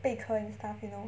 贝壳 and stuff you know